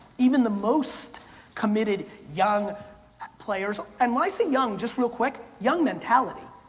even the most committed young players, and when i say young, just real quick, young mentality.